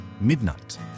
Midnight